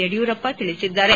ಯಡಿಯೂರಪ್ಪ ತಿಳಿಸಿದ್ದಾರೆ